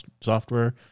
software